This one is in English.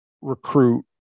recruit